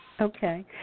Okay